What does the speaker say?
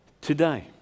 today